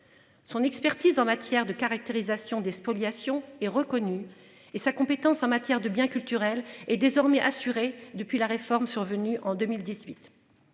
Son expertise en matière de caractérisation des spoliations et reconnue et sa compétence en matière de biens culturels est désormais assurée depuis la réforme survenu en 2018.